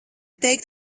teikt